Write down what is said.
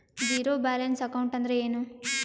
Zero balance account ಅಂದ್ರ ಏನು?